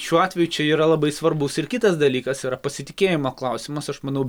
šiuo atveju čia yra labai svarbus ir kitas dalykas yra pasitikėjimo klausimas aš manau